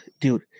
dude